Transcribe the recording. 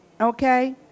okay